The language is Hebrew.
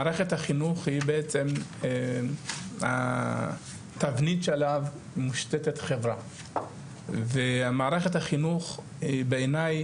מערכת החינוך היא בעצם התבנית שעליו מושתת חברה ומערכת החינוך בעיניי,